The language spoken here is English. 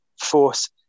Force